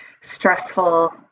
stressful